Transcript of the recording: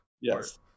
Yes